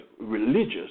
religious